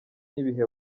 n’ibihe